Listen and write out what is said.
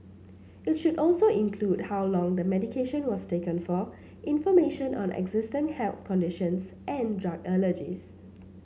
it should also include how long the medication was taken for information on existing health conditions and drug allergies